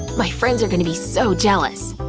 my friends are gonna be so jealous!